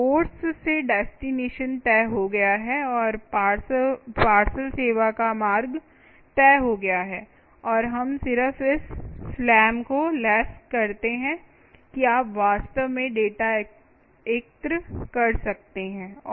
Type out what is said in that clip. source से destination तय हो गया है और पार्सल सेवा का मार्ग तय हो गया है और हम सिर्फ इस स्लैम को लैस करते हैं कि आप वास्तव में डेटा एकत्र कर सकते हैं